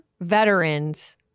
veterans